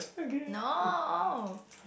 no